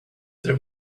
there